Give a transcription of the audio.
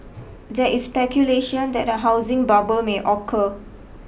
there is speculation that a housing bubble may occur